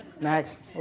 next